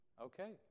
Okay